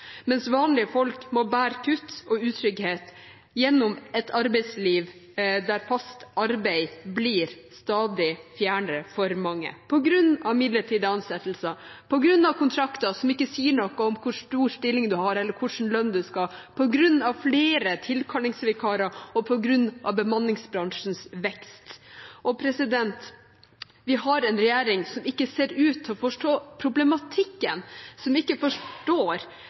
mens vanlige folk må bære kutt og utrygghet gjennom et arbeidsliv der fast arbeid blir stadig fjernere for mange på grunn av midlertidige ansettelser, på grunn av kontrakter som ikke sier noe om hvor stor stilling man har, eller hva slags lønn man skal ha, på grunn av flere tilkallingsvikarer og på grunn av bemanningsbransjens vekst. Vi har en regjering som ikke ser ut til å forstå problematikken, som ikke forstår